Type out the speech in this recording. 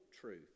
truth